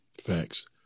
Facts